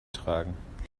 tragen